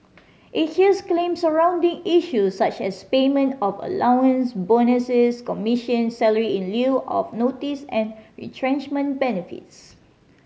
it hears claims surrounding issues such as payment of allowance bonuses commissions salary in lieu of notice and retrenchment benefits